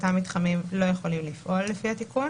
כאשר לפי התיקון